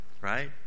right